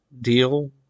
deal